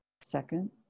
second